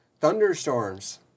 Thunderstorms